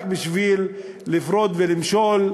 רק בשביל להפריד ולמשול,